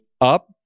up